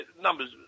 Numbers